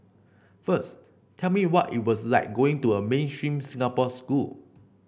first tell me what it was like going to a mainstream Singapore school